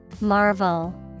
Marvel